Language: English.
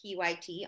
PYT